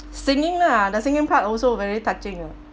singing lah the singing part also very touching ah